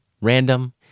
random